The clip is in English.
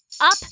up